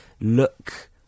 look